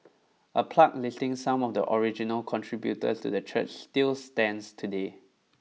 a plaque listing some of the original contributors to the church still stands today